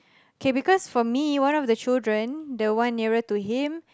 K because for me one of the children the one nearer to him